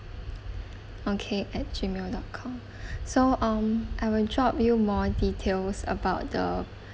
okay at Gmail dot com so um I will drop you more details about the